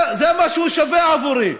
זה מה שהוא שווה עבורי.